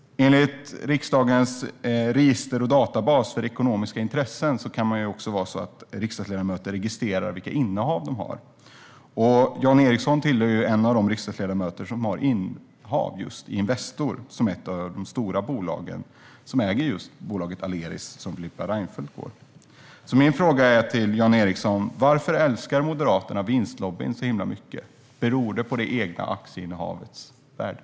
I riksdagens register och databas för ekonomiska intressen registrerar riksdagsledamöter vilka innehav de har. Jan Ericson är en av de riksdagsledamöter som har aktier i Investor, som är ett av de stora bolagen och som äger just bolaget Aleris, som Filippa Reinfeldt gick till. Min fråga till Jan Ericson är: Varför älskar Moderaterna vinstlobbyn så himla mycket? Beror det på det egna aktieinnehavets värde?